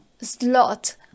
slot